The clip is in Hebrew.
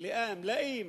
ליאם, לאים.